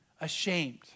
ashamed